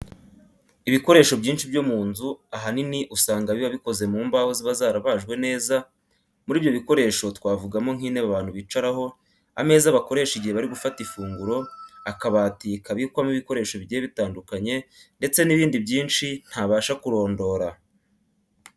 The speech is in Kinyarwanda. Ibikoresho byinshi byo mu nzu, ahanini usanga biba bikoze mu mbaho ziba zarabajwe neza. Muri ibyo bikoresho twavugamo nk'intebe abantu bicaraho, ameza bakoresha igihe bari gufata ifunguro, akabati kabikwamo ibikoresho bigiye bitandukanye ndetse n'ibindi byinshi ntabasha kurondora.